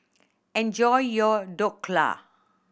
enjoy your Dhokla